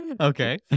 Okay